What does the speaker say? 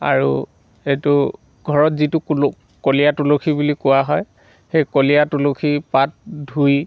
আৰু এইটো ঘৰত যিটো কলু কলীয়া তুলসী বুলি কোৱা হয় সেই কলীয়া তুলসীৰ পাত ধুই